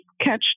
catch